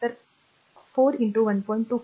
तर आर 4 1